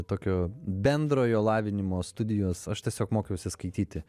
tokio bendrojo lavinimo studijos aš tiesiog mokiausi skaityti